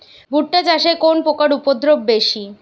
ভুট্টা চাষে কোন পোকার উপদ্রব বেশি?